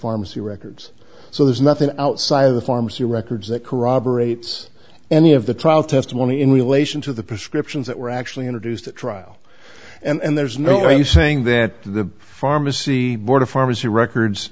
pharmacy records so there's nothing outside of the pharmacy records that corroborates any of the trial testimony in relation to the prescriptions that were actually introduced at trial and there's no use saying that the pharmacy board of pharmacy records